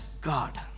God